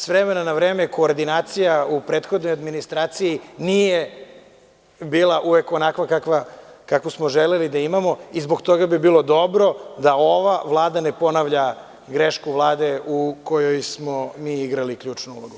S vremena na vreme koordinacija u prethodnoj administraciji nije bila uvek onakva kakvu smo želeli da imamo i zbog toga bi bilo dobro da ova Vlada ne ponavlja grešku Vlade u kojoj smo mi igrali ključnu ulogu.